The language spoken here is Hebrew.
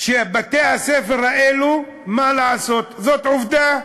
בתי-הספר האלה, מה לעשות, זאת עובדה,